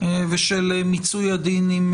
ושל מיצוי הדין עם